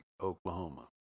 Oklahoma